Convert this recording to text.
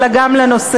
אלא גם לנושא.